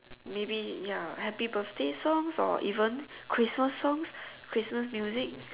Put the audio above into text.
maybe ya happy birthday songs or even Christmas songs Christmas music